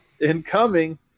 incoming